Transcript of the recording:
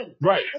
Right